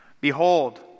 Behold